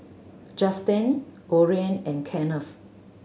Justen Orion and Kenneth